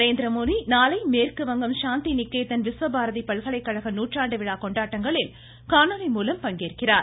நரேந்திரமோடி நாளை மேற்குவங்கம் சாந்தி நிகேதன் விஸ்வபாரதி பல்கலைக்கழக நூற்றாண்டு விழா கொண்டாட்டங்களில் காணொலி மூலம் பங்கேற்கிறார்